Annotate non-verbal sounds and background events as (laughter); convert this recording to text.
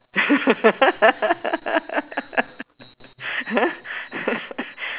(laughs)